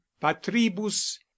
patribus